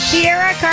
Sierra